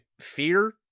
fear